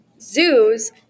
zoos